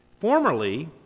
Formerly